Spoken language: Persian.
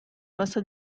واسه